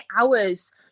hours